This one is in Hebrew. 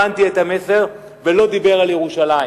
הבנתי את המסר, ולא דיבר על ירושלים.